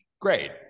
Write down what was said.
Great